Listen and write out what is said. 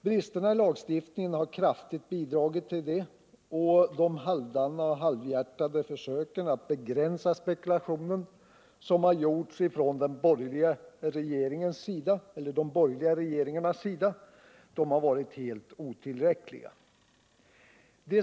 Bristerna i lagstiftningen har kraftigt bidragit till detta, och de halvdana och halvhjärtade försök att begränsa spekulationen som gjorts från de borgerliga regeringarnas sida har varit helt otillräckliga.